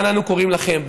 כאן אנו קוראים לכם,